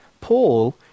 Paul